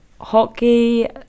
hockey